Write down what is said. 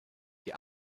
die